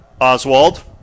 Oswald